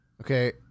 okay